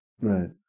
Right